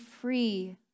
free